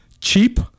cheap